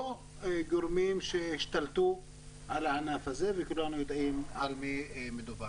או גורמים שהשתלטו על הענף הזה וכולנו יודעים על מי מדובר.